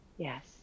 Yes